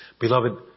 Beloved